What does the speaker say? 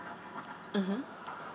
mmhmm